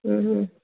हूं